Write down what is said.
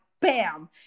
bam